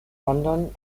london